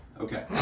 Okay